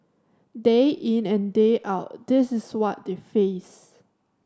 day in and day out this is what they face